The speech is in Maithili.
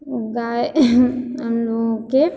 गाइ हम लोकके